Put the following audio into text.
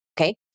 okay